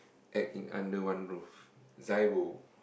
act in Under-One-Roof Zaibo